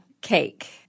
cake